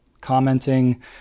commenting